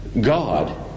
God